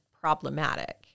problematic